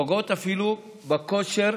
פוגעות אפילו בכושר